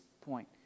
point